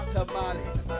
Tamales